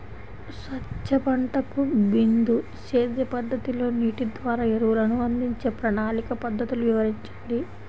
సజ్జ పంటకు బిందు సేద్య పద్ధతిలో నీటి ద్వారా ఎరువులను అందించే ప్రణాళిక పద్ధతులు వివరించండి?